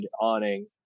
awning